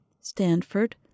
Stanford